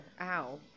Ow